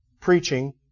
preaching